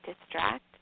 distract